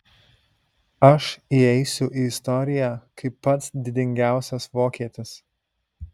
aš įeisiu į istoriją kaip pats didingiausias vokietis